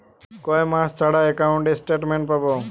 কয় মাস ছাড়া একাউন্টে স্টেটমেন্ট পাব?